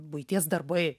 buities darbai